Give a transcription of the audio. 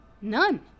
None